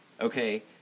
Okay